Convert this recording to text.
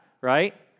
right